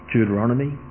Deuteronomy